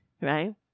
right